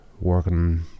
working